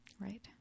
Right